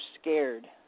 scared